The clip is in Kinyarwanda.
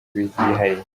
byihariye